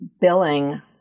billing